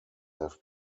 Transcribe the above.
have